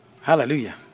Hallelujah